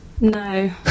No